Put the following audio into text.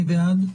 מי בעד?